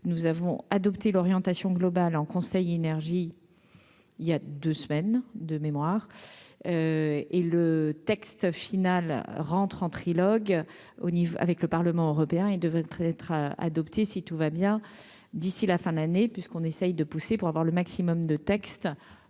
nous avons adopté l'orientation globale en Conseil Énergie. Il y a 2 semaines, de mémoire et le texte final rentre en trilogue au niveau avec le Parlement européen et devrait être être adopté, si tout va bien d'ici la fin de l'année puisqu'on essaie de pousser pour avoir le maximum de texte